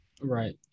right